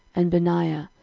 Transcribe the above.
and benaiah,